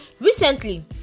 recently